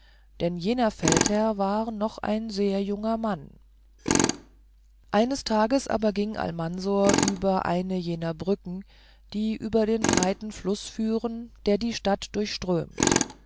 denn jener feldherr war noch ein sehr junger mann eines tages aber ging almansor über eine jener brücken die über den breiten fluß führen der die stadt durchströmt